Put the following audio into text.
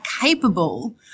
capable